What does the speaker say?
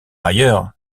ailleurs